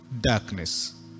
darkness